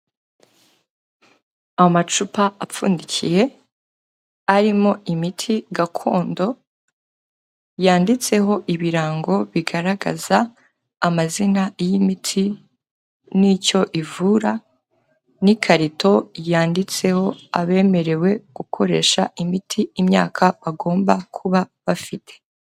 Amacupa apfundikiye arimo imiti gakondo, yanditseho ibirango bigaragaza amazina y'imiti n'icyo ivura n'ikarito yanditseho abemerewe gukoresha imiti imyaka bagomba kuba bafite.